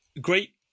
Great